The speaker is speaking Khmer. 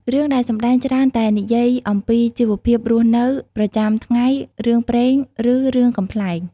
រឿងដែលសម្ដែងច្រើនតែនិយាយអំពីជីវភាពរស់នៅប្រចាំថ្ងៃ រឿងព្រេង ឬរឿងកំប្លែង។